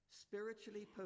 spiritually